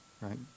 right